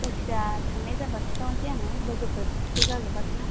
जायखिजाया थांनाय जाबा खिथाहरनोसै आङो लोगोफोर ज' जाजोबासै ना